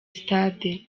stade